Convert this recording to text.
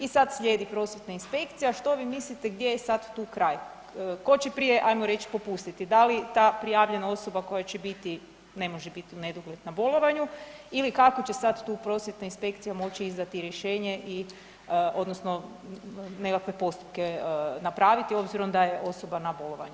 I sad slijedi prosvjetna inspekcija, što vi mislite gdje je sad tu kraj, tko će prije, ajmo reći, popustiti, da li ta prijavljena osoba koja će biti, ne može biti u nedogled na bolovanju ili kako će sad tu prosvjetna inspekcija moći izdati rješenje i odnosno nekakve postupke napraviti obzirom da je osoba na bolovanju?